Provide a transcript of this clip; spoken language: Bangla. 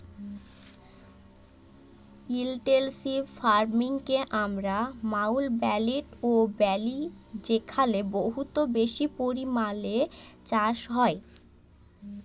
ইলটেলসিভ ফার্মিং কে আমরা মাউল্টব্যাটেল ও ব্যলি যেখালে বহুত বেশি পরিমালে চাষ হ্যয়